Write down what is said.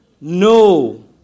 no